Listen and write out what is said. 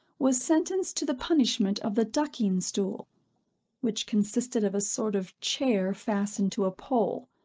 was sentenced to the punishment of the ducking-stool which consisted of a sort of chair fastened to a pole,